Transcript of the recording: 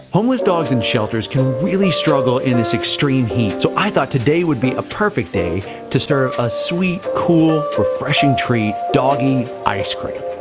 homeless dogs in shelters can really struggle in this extreme heat. so i thought today would be a perfect day to serve a sweet, cool, refreshing treat, doggy ice-cream.